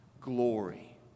glory